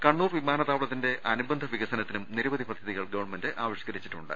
കണ്ണൂർ വിമാനത്താവളത്തിന്റെ അനുബന്ധ വികസനത്തിനും നിര വധി പദ്ധതികൾ ഗവൺമെന്റ് ആവിഷ്ക്കരിച്ചിട്ടുണ്ട്